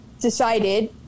decided